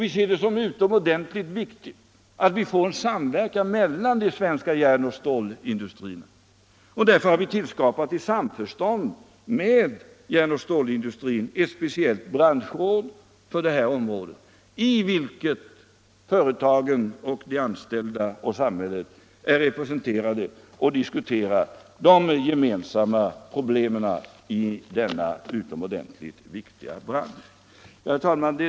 Vi ser det som utomordentligt viktigt att få en samverkan till stånd inom järnoch stålindustrin. Därför har vi i samförstånd med järnoch stålindustrin tillskapat ett speciellt branschråd för detta område, i vilket företagen, de anställda och samhället är representerade och diskuterar de gemensamma problemen i denna utomordentligt viktiga bransch. Herr talman!